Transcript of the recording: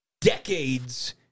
decades